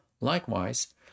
Likewise